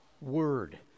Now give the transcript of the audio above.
word